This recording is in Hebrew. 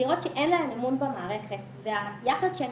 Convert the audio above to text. צעירות שאין להן אמון במערכת והיחס שהן